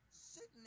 sitting